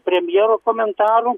premjero komentarų